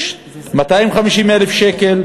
250,000 שקל,